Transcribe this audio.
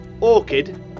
Orchid